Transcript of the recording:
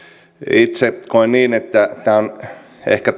itse koen niin että tämä on ehkä